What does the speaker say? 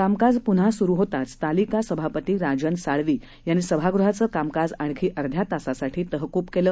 कामकाज पुन्हा सुरू होताच तालिका सभापती राजन साळवी यांनी सभागृहाचं कामकाज आणखी अध्या तासासाठी तहकूब केलं